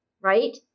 right